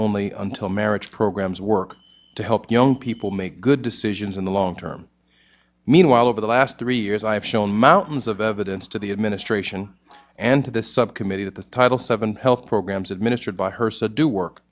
only until marriage programs work to help young people make good decisions in the long term meanwhile over the last three years i have shown mountains of evidence to the administration and to the subcommittee that the title seven health programs administered by her so do work